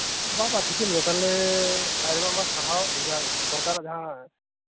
ᱵᱟᱝ ᱵᱟᱝ ᱴᱷᱤᱠᱟᱹᱱ ᱜᱮᱭᱟ ᱛᱟᱦᱚᱞᱮ ᱟᱭᱢᱟ ᱟᱭᱢᱟ ᱥᱟᱨᱦᱟᱣ ᱥᱚᱨᱠᱟᱨᱟᱜ ᱡᱟᱦᱟᱸ